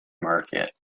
market